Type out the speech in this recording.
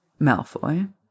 Malfoy